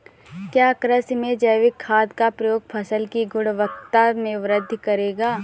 क्या कृषि में जैविक खाद का प्रयोग फसल की गुणवत्ता में वृद्धि करेगा?